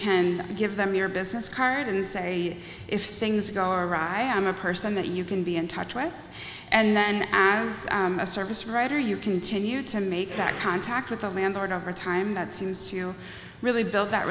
can give them your business card and say if things go awry i'm a person that you can be in touch with and then as a service writer you continue to make that contact with the landlord over time that seems to really build that